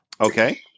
Okay